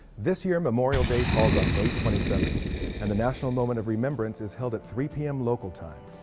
this year memorial day, falls on may twenty seven and the national moment of rememberence is held at three p. um local time.